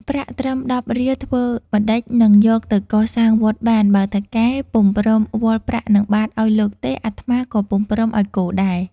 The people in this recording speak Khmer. ប្រាក់ត្រឹម ១០ រៀលធ្វើម្ដេចនឹងយកទៅកសាងវត្តបាន? បើថៅកែពុំព្រមវាល់ប្រាក់នឹងបាត្រឲ្យលោកទេ អាត្មាក៏ពុំព្រមឲ្យគោដែរ។